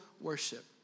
worship